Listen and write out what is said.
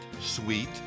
sweet